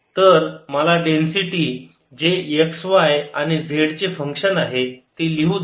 तर मला डेन्सिटी जे x y आणि z चे फंक्शन आहे ते लिहू द्या